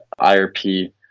IRP